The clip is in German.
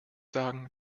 sagen